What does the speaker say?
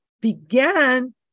began